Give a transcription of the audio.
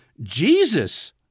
Jesus